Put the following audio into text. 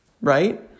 right